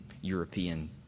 European